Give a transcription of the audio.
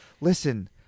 listen